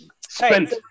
Spent